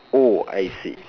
oh I see